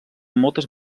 moltes